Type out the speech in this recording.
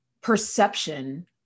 perception